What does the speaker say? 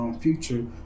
future